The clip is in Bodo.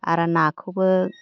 आरो नाखौबो